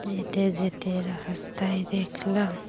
যেতে যেতে রাস্তায় দেখলাম